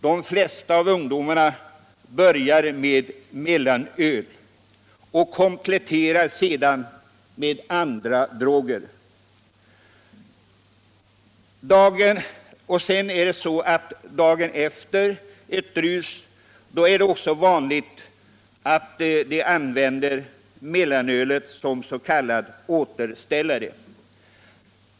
De flesta av dem börjar med mellanöl och kompletterar sedan ruset med andra droger. Dagen efter ett rus är det också vanligt att de använder mellanölet som s.k. återställare.